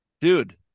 dude